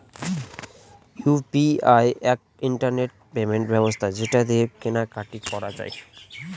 UPI এক internet payment ব্যবস্থা যেটা দিয়ে কেনা কাটি করা যায়